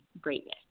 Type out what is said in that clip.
greatness